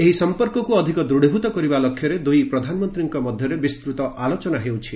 ଏହି ସମ୍ପର୍କକୁ ଅଧିକ ଦୂଢୀଭୂତ କରିବା ଲକ୍ଷ୍ୟରେ ଦୁଇ ପ୍ରଧାନମନ୍ତ୍ରୀଙ୍କ ମଧ୍ୟରେ ବିସ୍ତୃତ ଆଲୋଚନା ହେଉଛି